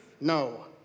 No